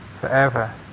forever